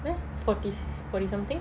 forty forty something